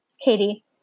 Katie